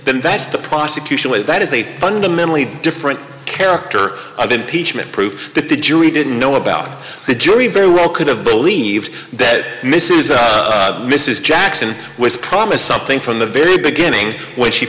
then that's the prosecution way that is a fundamentally different character then pietschmann proof that the jury didn't know about the jury very well could have believed that mrs mrs jackson was promised something from the very beginning when she